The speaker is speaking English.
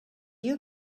you